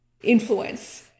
influence